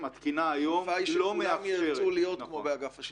השאיפה היא שכולם ירצו להיות כמו באגף השיקום.